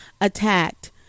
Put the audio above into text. attacked